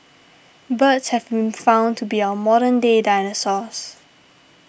birds have been found to be our modern day dinosaurs